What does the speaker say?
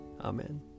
Amen